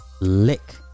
lick